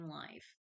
life